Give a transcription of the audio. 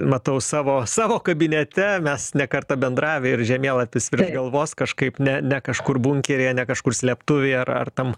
matau savo savo kabinete mes ne kartą bendravę ir žemėlapis virš galvos kažkaip ne ne kažkur bunkeryje ne kažkur slėptuvėj ar ar tam